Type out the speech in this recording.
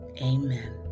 amen